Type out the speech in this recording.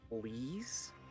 Please